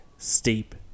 steep